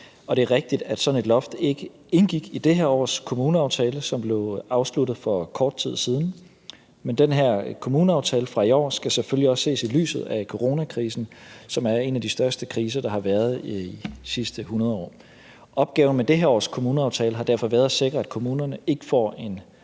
og det er rigtigt, at sådan et loft ikke indgik i det her års kommuneaftale, som blev afsluttet for kort tid siden, men den her kommuneaftale fra i år skal selvfølgelig også ses i lyset af coronakrisen, som er en af de største kriser, der har været i de sidste 100 år. Opgaven med det her års kommuneaftale har derfor været at sikre, at kommunerne ikke får en